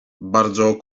bardzo